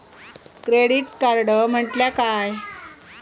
Credit card म्हटल्या काय?